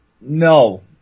No